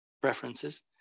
preferences